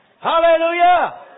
Hallelujah